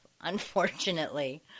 unfortunately